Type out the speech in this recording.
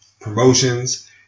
promotions